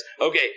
Okay